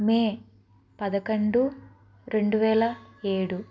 మే పదకొండు రెండు వేల ఏడు